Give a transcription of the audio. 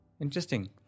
Interesting